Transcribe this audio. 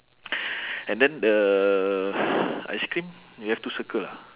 and then the ice cream you have to circle ah